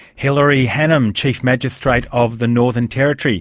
hilary hannam, chief magistrate of the northern territory